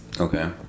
Okay